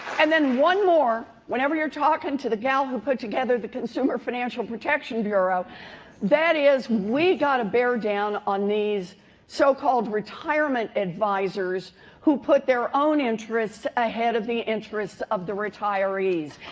and then one more whenever you're talking to the gal who put together the consumer financial protection bureau that is we've got to bear down on these so-called retirement advisors who put their own interests ahead of the interests of the retirees.